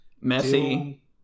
Messy